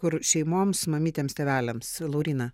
kur šeimoms mamytėms tėveliams lauryna